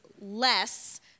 less